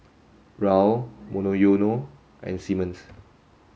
Raoul Monoyono and Simmons